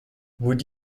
would